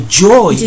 joy